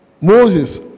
Moses